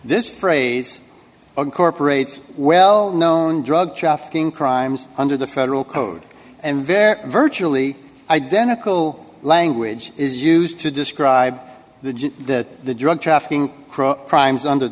this phrase corporators well known drug trafficking crimes under the federal code and very virtually identical language is used to describe the that the drug trafficking crimes under